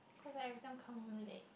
cause I everytime come home late